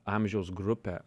amžiaus grupė